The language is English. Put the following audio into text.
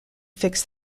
fix